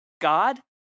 God